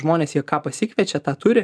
žmonės jie ką pasikviečia tą turi